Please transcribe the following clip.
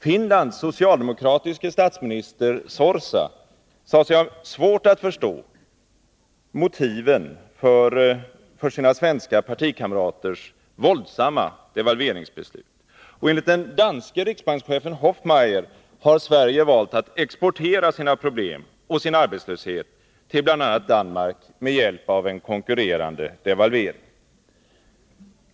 Finlands socialdemokratiske statsminister Sorsa sade sig ha svårt att förstå motiven för sina svenska partikamraters våldsamma devalveringsbeslut. Och enligt den danske riksbankschefen Hoffmeyer har Sverige valt att exportera sina problem och sin arbetslöshet till bl.a. Danmark med hjälp av en konkurrerande devalvering.